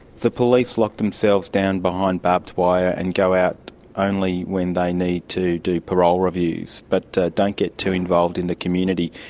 the police lock themselves down behind barbed wire and go out only when they need to do parole reviews, but don't get too involved in the community.